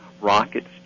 rockets